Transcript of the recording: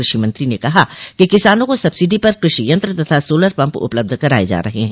कृषि मंत्री ने कहा कि किसानों को सब्सिडी पर कृषि यंत्र तथा सोलर पम्प उपलब्ध कराये जा रहे है